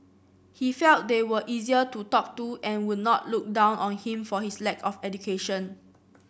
he felt they were easier to talk to and would not look down on him for his lack of education